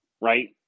right